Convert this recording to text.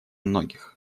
многих